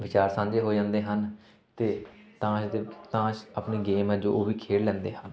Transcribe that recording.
ਵਿਚਾਰ ਸਾਂਝੇ ਹੋ ਜਾਂਦੇ ਹਨ ਅਤੇ ਤਾਸ਼ ਦੇ ਤਾਸ਼ ਆਪਣੀ ਗੇਮ ਹੈ ਜੋ ਉਹ ਵੀ ਖੇਡ ਲੈਂਦੇ ਹਨ